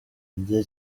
igihe